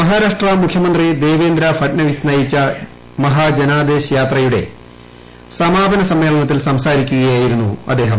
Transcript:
മഹാരാഷ്ട്ര മുഖ്യമന്ത്രി ദേവേന്ദ്രഭട്നവിസ് നയിച്ച മഹാജനാദേശ് യാത്രയുടെ സമാപന സമ്മേളനത്തിൽ സംസാരിക്കുകയായിരുന്നു അദ്ദേഹം